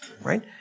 right